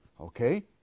Okay